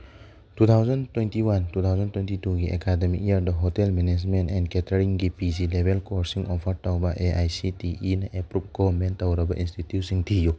two thousand twenty one two thousand twenty ꯇꯨꯒꯤ academic ꯏꯌꯔꯗ hotel management and ꯀꯦꯇꯔꯤꯡꯒꯤ P G ꯂꯦꯕꯦꯜ ꯀꯣꯔꯁꯁꯤꯡ ꯑꯣꯐꯔ ꯇꯧꯕ ꯑꯦ ꯑꯥꯏ ꯁꯤ ꯇꯤ ꯏꯅ ꯑꯦꯞ꯭ꯔꯨꯞ ꯒꯣꯃꯦꯟ ꯇꯧꯔꯕ ꯏꯟꯁꯇꯤꯇ꯭ꯌꯨꯠꯁꯤꯡ ꯊꯤꯌꯨ